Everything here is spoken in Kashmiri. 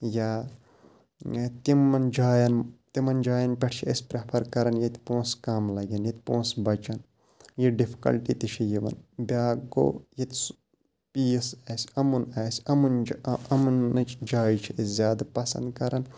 یا تِمَن جایَن تِمَن جایَن پٮ۪ٹھ چھِ أسۍ پرٛٮ۪فَر کَران ییٚتہِ پۄنٛسہٕ کَم لَگن ییٚتہِ پۄسہٕ بَچَن یہِ ڈِفکَلٹی تہِ چھِ یِوان بیٛاکھ گوٚو ییٚتہِ سُہ پیٖس آسہِ اَمُن آسہِ اَمُن اَمنٕچ جایہِ چھِ أسۍ زیادٕ پَسَنٛد کَران